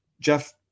Jeff